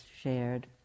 shared